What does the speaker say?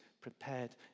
prepared